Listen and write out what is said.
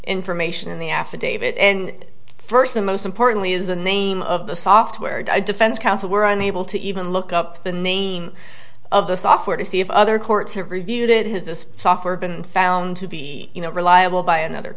information in the affidavit and first and most importantly is the name of the software defense counsel were unable to even look up the name of the software to see if other courts have reviewed it has this software been found to be reliable by another